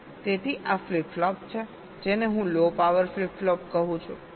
તેથી આ flip flop છે જેને હું લો પાવર ફ્લિપ ફ્લોપ કહું છું